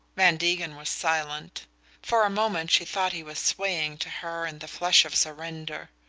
van degen was silent for a moment she thought he was swaying to her in the flush of surrender.